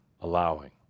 allowing